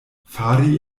fari